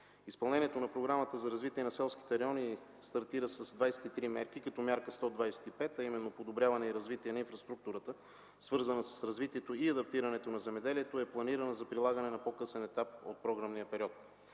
Изпълнението на Програмата за развитие на селските райони стартира с 23 мерки, като Мярка 125, а именно „Подобряване и развитие на инфраструктурата, свързана с развитието и адаптирането на земеделието”, е планирана за прилагане на по-късен етап от програмния период.